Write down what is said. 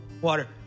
water